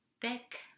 thick